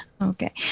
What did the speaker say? okay